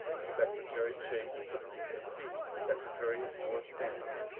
secretary chase took me to see secretary of war stanton.